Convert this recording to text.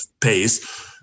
pace